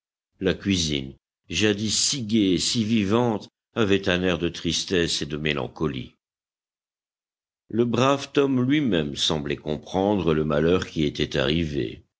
la cuisine jadis si gaie et si vivante avait un air de tristesse et de mélancolie le brave tom lui-même semblait comprendre le malheur qui était arrivé